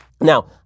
now